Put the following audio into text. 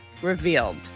revealed